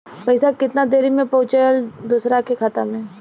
पैसा कितना देरी मे पहुंचयला दोसरा के खाता मे?